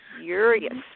furious